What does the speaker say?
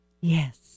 Yes